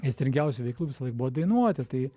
aistringiausių veiklų visąlaik buvo dainuoti tai